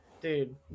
dude